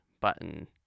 button